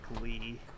Lee